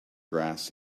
grass